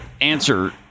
answer